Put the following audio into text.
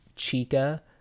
chica